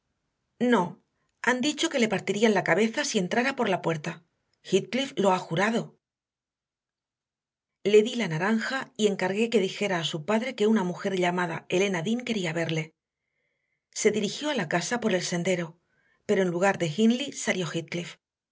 no han dicho que le partirían la cabeza si entrara por la puerta heathcliff lo ha jurado le di la naranja y encargué que dijera a su padre que una mujer llamada elena dean quería verle se dirigió a la casa por el sendero pero en lugar de hindley salió